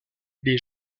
les